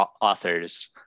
authors